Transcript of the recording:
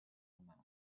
mountains